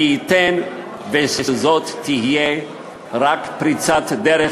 ומי ייתן שזאת תהיה רק פריצת דרך